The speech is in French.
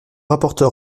rapporteur